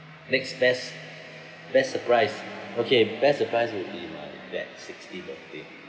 next best best surprise okay best surprise would be my dad's sixty birthday